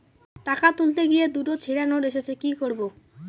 টাকা তুলতে গিয়ে দুটো ছেড়া নোট এসেছে কি করবো?